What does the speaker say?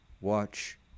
watch